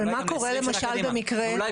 אבל מה קורה למשל במקרה --- ואולי